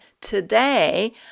today